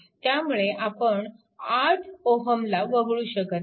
त्यामुळे आपण 8 Ω ला वगळू शकत नाही